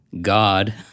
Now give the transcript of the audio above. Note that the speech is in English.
God